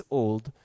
old